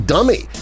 Dummy